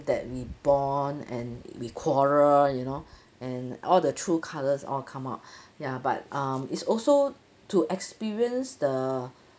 that we bond and we quarrel you know and all the true colours all come out ya but um is also to experience the